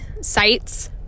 sites